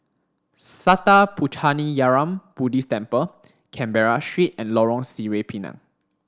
Sattha Puchaniyaram Buddhist Temple Canberra Street and Lorong Sireh Pinang